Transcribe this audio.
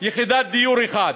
יחידת דיור אחת,